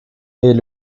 est